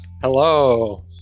Hello